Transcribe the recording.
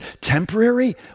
temporary